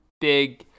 big